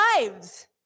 lives